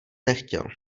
nechtěl